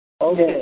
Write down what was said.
Okay